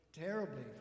terribly